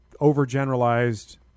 overgeneralized